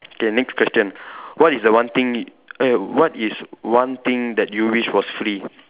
okay next question what is the one thing eh what is one thing that you wish was free